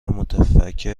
متفکر